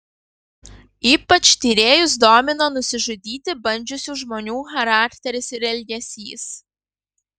ypač tyrėjus domino nusižudyti bandžiusių žmonių charakteris ir elgesys